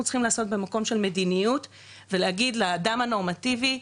צריכים לעשות במקום של מדיניות ולהגיד לאדם הנורמטיבי,